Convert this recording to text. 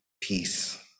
peace